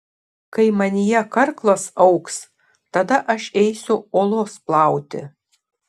kai manyje karklas augs tada aš eisiu uolos plauti